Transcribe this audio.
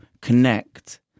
connect